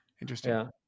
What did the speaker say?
Interesting